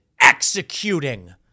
executing